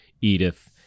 Edith